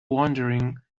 wondering